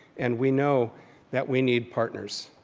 and we know that we need partners.